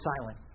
silent